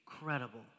incredible